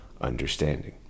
understanding